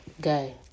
Guy